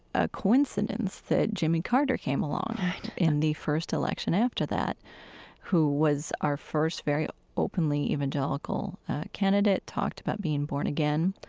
a coincidence that jimmy carter came along in the first election after that who was our first very openly evangelical candidate, talked about being born again.